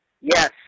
yes